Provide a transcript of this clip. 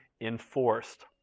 enforced